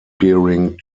bearing